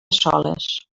soles